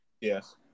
Yes